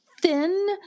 thin